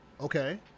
Okay